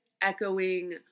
echoing